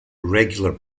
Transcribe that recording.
regular